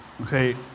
Okay